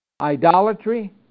idolatry